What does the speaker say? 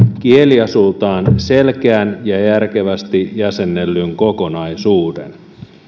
kieliasultaan selkeän ja järkevästi jäsennellyn kokonaisuuden